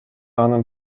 анын